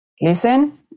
listen